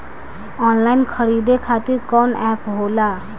Online खरीदे खातीर कौन एप होला?